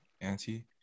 auntie